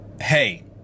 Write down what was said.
hey